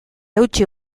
eutsi